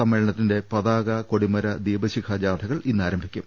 സമ്മേളനത്തിന്റെ പതാക കൊടിമര ദീപ്ശിഖാ ജാഥകൾ ഇന്ന് ആരംഭിക്കും